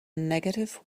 negative